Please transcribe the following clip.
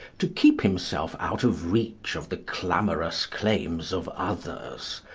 to keep himself out of reach of the clamorous claims of others,